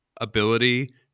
ability